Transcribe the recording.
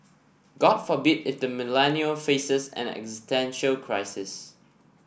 god forbid if the Millennial faces an existential crisis